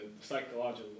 psychological